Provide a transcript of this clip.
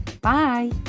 Bye